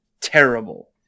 terrible